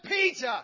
Peter